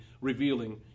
revealing